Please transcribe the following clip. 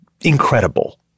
incredible